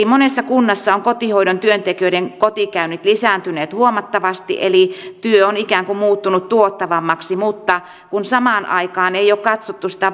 monessa kunnassa ovat kotihoidon työntekijöiden kotikäynnit lisääntyneet huomattavasti eli työ on ikään kuin muuttunut tuottavammaksi mutta samaan aikaan ei ole katsottu sitä